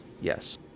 Yes